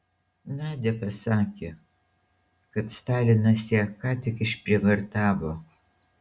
nadia pasakė kad stalinas ją ką tik išprievartavo